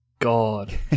God